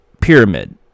Pyramid